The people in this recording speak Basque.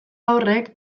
horrek